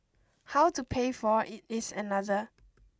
how to pay for it is another